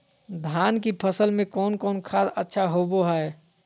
धान की फ़सल में कौन कौन खाद अच्छा होबो हाय?